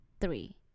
three